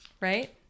right